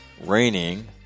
raining